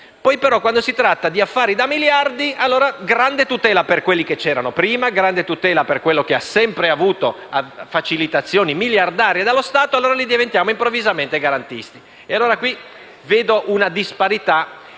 Poi però quando si tratta di affari da miliardi, c'è una grande tutela per quelli che c'erano prima e per quello che ha sempre avuto facilitazioni miliardarie dallo Stato: in quel caso diventiamo improvvisamente garantisti. Qui vedo una disparità